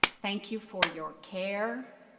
thank you for your care,